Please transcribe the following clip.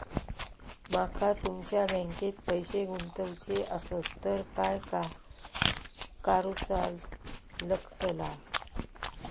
माका तुमच्या बँकेत पैसे गुंतवूचे आसत तर काय कारुचा लगतला?